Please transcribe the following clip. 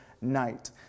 night